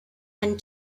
and